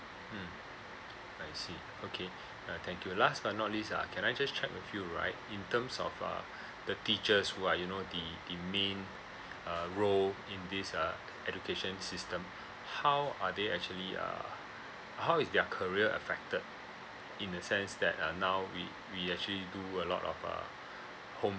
hmm I see okay uh thank you last but not least ah can I just check with you right in terms of uh the teachers who are you know the the main uh role in this uh education system how are they actually uh how is their career affected in a sense that uh now we we actually do a lot of uh home